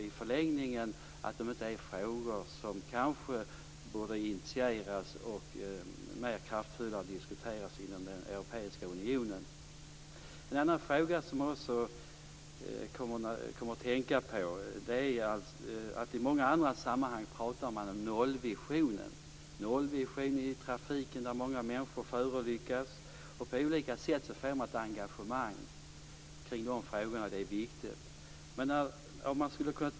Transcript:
I förlängningen är det kanske frågor som borde initieras och mer kraftfullt diskuteras inom Europeiska unionen. En annan fråga är att man i många andra sammanhang talar om nollvisionen, t.ex. i trafiken där många människor förolyckas, för att på olika sätt få ett engagemang kring de frågorna.